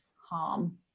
harm